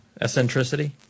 Eccentricity